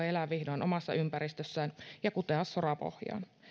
elää vihdoin omassa ympäristössään ja kutea sorapohjaan